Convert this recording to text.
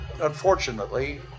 Unfortunately